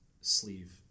sleeve